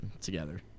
together